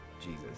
Jesus